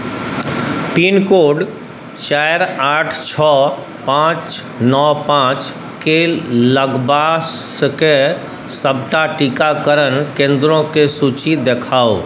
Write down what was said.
pincode चारि आठ छओ पाँच नओ पाँचके लगपासके सभटा टीकाकरण केन्द्रों के सूची देखाउ